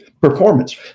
performance